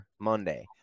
Monday